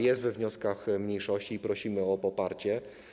Jest ona we wnioskach mniejszości i prosimy o poparcie.